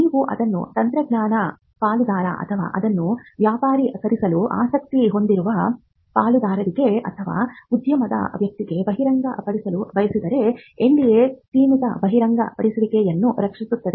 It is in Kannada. ನೀವು ಅದನ್ನು ತಂತ್ರಜ್ಞಾನ ಪಾಲುದಾರ ಅಥವಾ ಅದನ್ನು ವ್ಯಾಪಾರೀಕರಿಸಲು ಆಸಕ್ತಿ ಹೊಂದಿರುವ ಪಾಲುದಾರರಿಗೆ ಅಥವಾ ಉದ್ಯಮದ ವ್ಯಕ್ತಿಗೆ ಬಹಿರಂಗಪಡಿಸಲು ಬಯಸಿದರೆ NDA ಸೀಮಿತ ಬಹಿರಂಗಪಡಿಸುವಿಕೆಯನ್ನು ರಕ್ಷಿಸುತ್ತದೆ